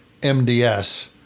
MDS